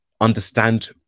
understand